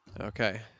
Okay